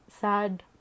sad